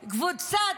קבוצה,